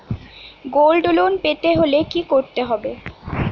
Gold loan পেতে হলে কি করতে হবে?